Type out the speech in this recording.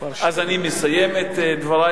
אז אני מסיים את דברי,